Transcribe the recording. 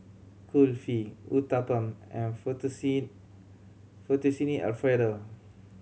Kulfi Uthapam and Fettuccine Alfredo